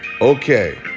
Okay